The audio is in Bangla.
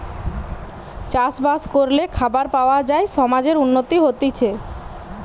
চাষ বাস করলে খাবার পাওয়া যায় সমাজের উন্নতি হতিছে